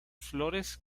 flores